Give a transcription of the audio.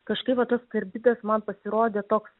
kažkaip va tas karbidas man pasirodė toks